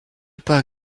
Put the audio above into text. pas